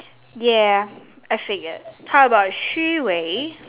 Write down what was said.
ya I said yes how about 虚伪